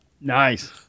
Nice